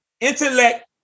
intellect